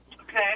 Okay